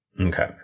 Okay